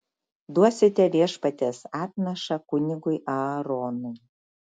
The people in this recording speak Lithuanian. duosite viešpaties atnašą kunigui aaronui